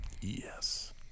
Yes